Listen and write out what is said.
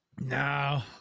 No